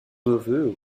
neveu